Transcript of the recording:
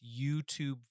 YouTube